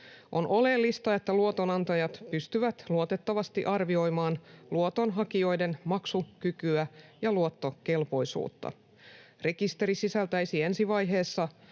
On oleellista, että luotonantajat pystyvät luotettavasti arvioimaan luotonhakijoiden maksukykyä ja luottokelpoisuutta. Rekisteri sisältäisi ensi vaiheessa